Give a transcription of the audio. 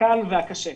הקל והקשה.